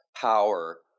power